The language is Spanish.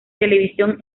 televisión